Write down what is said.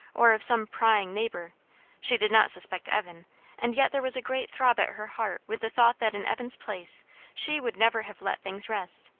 or of some prying neighbour she did not suspect evan and yet there was a great throb at her heart with the thought that in evan's place she would never have let things rest.